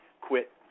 quit